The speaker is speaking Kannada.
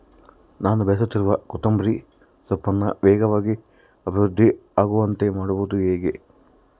ನಾನು ಬೆಳೆಸುತ್ತಿರುವ ಕೊತ್ತಂಬರಿ ಸೊಪ್ಪನ್ನು ವೇಗವಾಗಿ ಅಭಿವೃದ್ಧಿ ಆಗುವಂತೆ ಮಾಡುವುದು ಹೇಗೆ?